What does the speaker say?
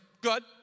good